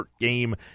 game